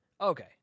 Okay